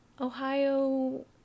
Ohio